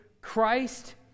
Christ